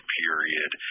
period